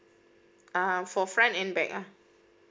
uh for front and back ah